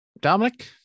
Dominic